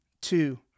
two